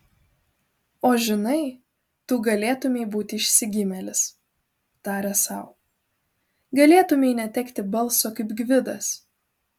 o žinai tu galėtumei būti išsigimėlis tarė sau galėtumei netekti balso kaip gvidas